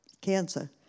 cancer